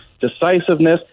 decisiveness